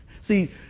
See